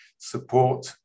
Support